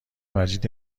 مجید